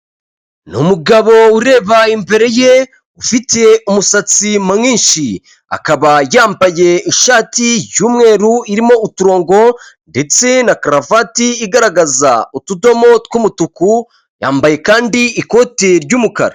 Ni umugabo ureba imbere ye ufite umusatsi mwinshi akaba yambaye ishati y'icyumweru irimo uturongo ndetse na karavati igaragaza utudomo tw'umutuku, yambaye kandi ikoti ry'umukara.